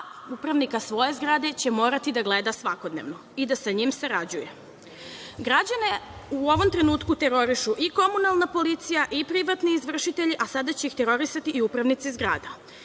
a upravnika svoje zgrade će morati da gleda svakodnevno i da sa njim sarađuje. Građane u ovom trenutku terorišu i komunalna policija i privatni izvršitelji, a sada će ih terorisati i upravnici zgrada.